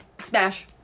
Smash